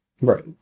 Right